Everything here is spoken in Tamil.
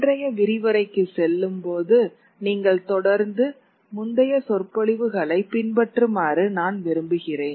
இன்றைய விரிவுரைக்கு செல்லும்போது நீங்கள் தொடர்ந்து முந்தைய சொற்பொழிவுகளை பின்பற்றுமாறு நான் விரும்புகிறேன்